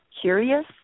curious